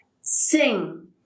sing